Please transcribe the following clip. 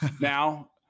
now